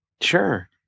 Sure